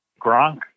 Gronk